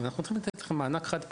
אנחנו צריכים לתת לכם מענק חד פעמי,